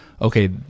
okay